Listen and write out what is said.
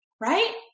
right